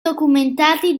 documentati